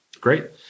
Great